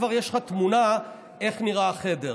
כבר יש לך תמונה איך נראה החדר.